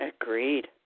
Agreed